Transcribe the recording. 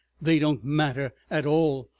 they don't matter at all.